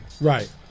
Right